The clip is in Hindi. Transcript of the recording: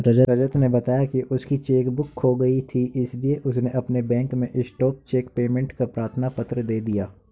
रजत ने बताया की उसकी चेक बुक खो गयी थी इसीलिए उसने अपने बैंक में स्टॉप चेक पेमेंट का प्रार्थना पत्र दे दिया